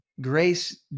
Grace